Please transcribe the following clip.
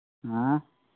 ꯍꯥ